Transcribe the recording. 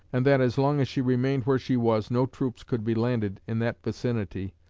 and that as long as she remained where she was no troops could be landed in that vicinity,